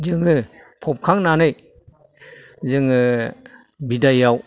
जोङो फबखांनानै जोङो बिदाइयाव